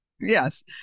Yes